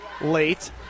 late